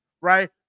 right